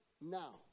now